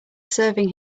serving